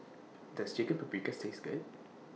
Does Chicken Paprikas Taste Good